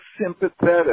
sympathetic